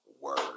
Word